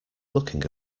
looking